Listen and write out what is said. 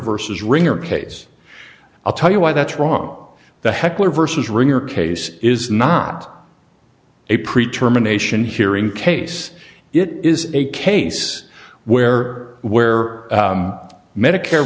versus ringer case i'll tell you why that's wrong the heckler versus ringer case is not a pre term anation hearing case it is a case where where medicare